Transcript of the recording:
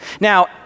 Now